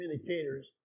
communicators